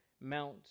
mount